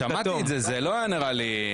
שמעתי על זה, וזה לא נראה לי.